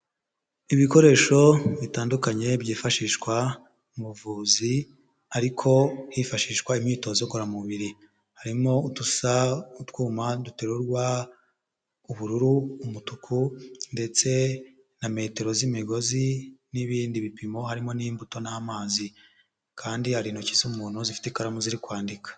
Ibikoresho bitandukanye byifashishwa mu buvuzi ariko hifashishwa imyitozo ngororamubiri, harimo utwuma duterurwa ubururu, umutuku, ndetse na metero z'imigozi n'ibindi bipimo, harimo n'imbuto n'amazi kandi hari intoki z'umuntu zifite ikaramu ziri kwandika.